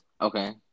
Okay